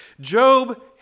Job